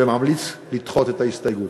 וממליץ לדחות את ההסתייגות.